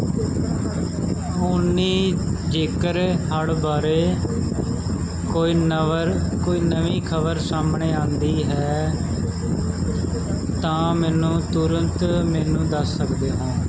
ਓਲੀ ਜੇਕਰ ਹੜ੍ਹ ਬਾਰੇ ਕੋਈ ਨਵੇਂ ਨਵੀਂ ਖ਼ਬਰ ਸਾਹਮਣੇ ਆਉਂਦੀ ਹੈ ਤਾਂ ਮੈਨੂੰ ਤੁਰੰਤ ਮੈਨੂੰ ਦੱਸ ਸਕਦੇ ਹੋ